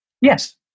Yes